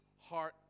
heart